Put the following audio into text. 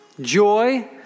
joy